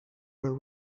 were